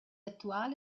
attuale